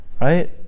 Right